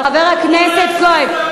חבר הכנסת כהן,